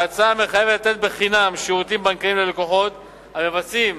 ההצעה המחייבת לתת חינם שירותים בנקאיים ללקוחות המבצעים